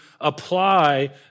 apply